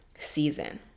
season